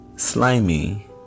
slimy